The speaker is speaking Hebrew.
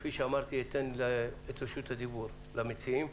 כפי שאמרתי, אני אתן את רשות הדיבור למציעים.